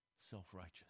self-righteous